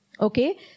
okay